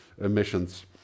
emissions